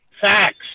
Facts